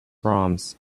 proms